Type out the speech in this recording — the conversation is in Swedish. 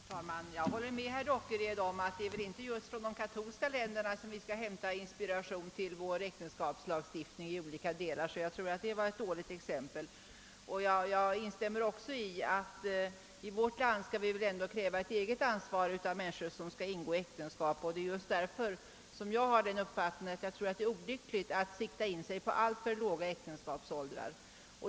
Herr talman! Jag håller med herr Dockered om att det väl inte är just från de katolska länderna som vi skall hämta inspiration till vår äktenskapslagstiftning. Jag anser att det var ett dåligt exempel som därvidlag anfördes. Jag instämmer också i att vi i vårt land ändå skall kräva ett eget ansvar av människor som skall ingå äktenskap, och detta gör jag just därför att jag har den uppfattningen att det är olyckligt att sikta på alltför låg äktenskapsålder.